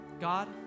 God